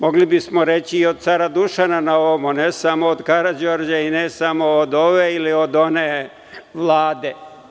Mogli bismo reći – od cara Dušana pa na ovamo, ne samo od Karađorđa i ne samo od ove ili od one vlade.